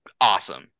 Awesome